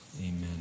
amen